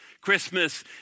Christmas